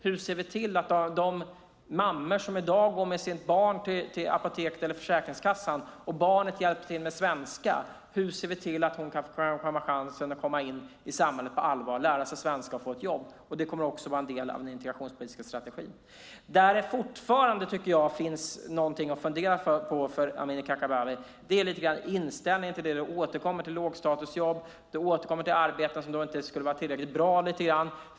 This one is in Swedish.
Hur ser vi till att de mammor som i dag går med sitt barn till apoteket eller Försäkringskassan, där barnet hjälper till med svenska, kan komma in i samhället på allvar, lära sig svenska och få ett jobb? Det kommer också att vara en del av den integrationspolitiska strategin. Där det fortfarande finns någonting för dig, Amineh Kakabaveh, att fundera på är inställningen. Du återkommer till lågstatusjobb och arbeten som lite grann inte skulle vara tillräckligt bra.